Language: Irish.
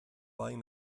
beidh